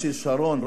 מה ששרון,